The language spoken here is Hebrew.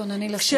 תתכונני לסיים.